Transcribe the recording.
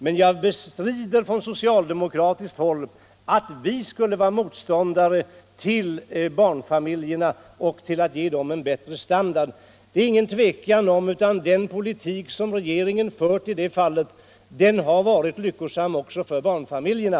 Men jag bestrider på socialdemokraternas vägnar att vi skulle vara motståndare till att ge barnfamiljerna en bättre standard. Den politik som regeringen har fört i detta fall har varit lyckosam också för barnfamiljerna.